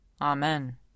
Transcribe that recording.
Amen